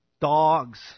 dogs